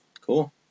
Cool